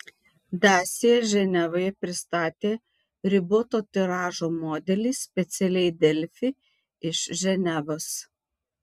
dacia ženevoje pristatė riboto tiražo modelį specialiai delfi iš ženevos